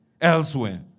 elsewhere